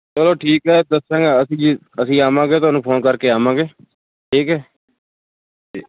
ਚਲੋ ਠੀਕ ਹੈ ਦੱਸਾਂਗੇ ਅਸੀਂ ਜੇ ਅਸੀਂ ਆਵਾਂਗੇ ਤੁਹਾਨੂੰ ਫ਼ੋਨ ਕਰਕੇ ਆਵਾਂਗੇ ਠੀਕ ਹੈ ਠੀਕ